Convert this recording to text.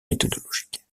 méthodologiques